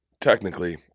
technically